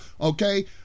Okay